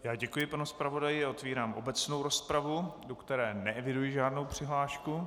Já děkuji panu zpravodaji a otevírám obecnou rozpravu, do které neeviduji žádnou přihlášku.